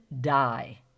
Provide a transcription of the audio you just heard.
die